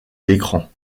l’écran